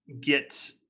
get